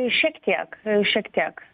šiek tiek šiek tiek